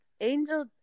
angel